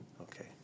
Okay